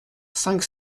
cinq